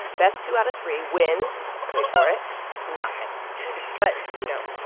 best two out of three wins wait for it nothing but, you know,